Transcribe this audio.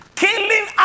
Killing